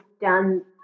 done